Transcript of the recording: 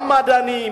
גם מדענים,